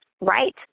Right